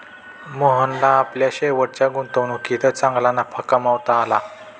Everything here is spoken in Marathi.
मोहनला आपल्या शेवटच्या गुंतवणुकीत चांगला नफा कमावता आला